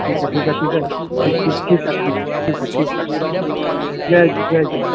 ठीकु आहे ठीकु आहे ठीकु आहे ठीकु ठीकु ठीकु आहे ठीकु आहे ठीकु आहे ठीकु आहे जय जय झूलेलाल